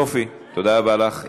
יופי, תודה רבה לך.